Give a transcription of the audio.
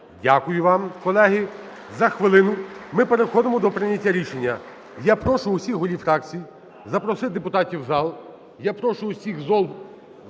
Дякую вам. Колеги, за хвилину ми переходимо до прийняття рішення. Я прошу всіх голів фракцій запросити депутатів у зал.